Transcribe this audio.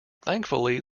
thankfully